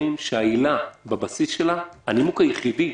שהנימוק היחידי